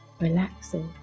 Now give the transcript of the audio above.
relaxes